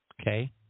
Okay